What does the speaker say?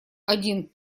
один